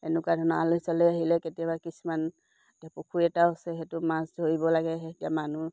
এনেকুৱা ধৰণৰ আলহী চালহী আহিলে কেতিয়াবা কিছুমান পুখুৰী এটাও আছে সেইটো মাছ ধৰিব লাগে সেই এতিয়া মানুহ